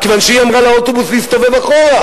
כי היא אמרה לאוטובוס להסתובב אחורה.